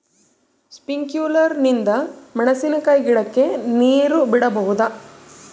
Sprinkler ನಿಂದ ಮೆಣಸಿನಕಾಯಿ ಗಿಡಕ್ಕೆ ನೇರು ಬಿಡಬಹುದೆ?